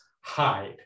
hide